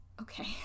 Okay